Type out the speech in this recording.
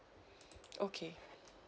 okay